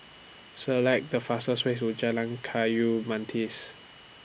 Select The fastest ways to Jalan Kayu